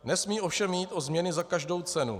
Nesmí ovšem jít o změny za každou cenu.